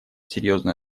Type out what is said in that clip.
серьезную